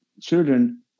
children